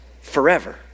forever